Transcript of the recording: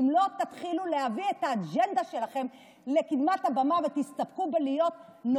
אם לא תתחילו להביא את האג'נדה שלכם לקדמת הבמה ותסתפקו בלהיות,